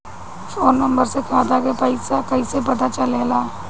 Phone number से खाता के पइसा कईसे पता चलेला?